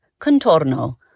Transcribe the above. Contorno